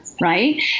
Right